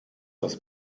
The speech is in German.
das